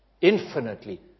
infinitely